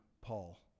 Paul